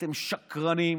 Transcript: אתם שקרנים,